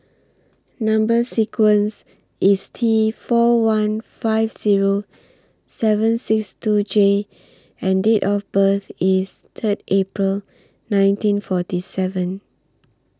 Number sequence IS T four one five Zero seven six two J and Date of birth IS Third April nineteen forty seven